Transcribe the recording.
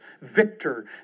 Victor